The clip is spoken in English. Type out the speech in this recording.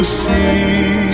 see